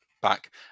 back